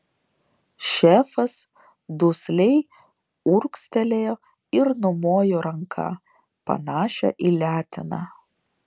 šefas dusliai urgztelėjo ir numojo ranka panašia į leteną